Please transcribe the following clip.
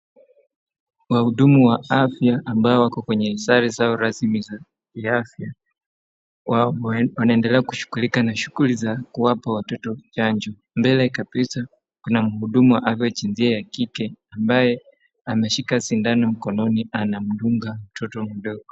Wahudumu wa afya ambao wako kwenye sare zao rasmi za kiafya .Wanaendelea kushughulika na shughuli za kuwapa watoto chanjo. Mbele kabisaa kuna mhudumu jinsia ya kike ambaye ameshika sindano mkononi anamdunga mtoto mdogo.